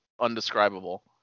undescribable